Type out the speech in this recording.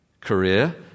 Career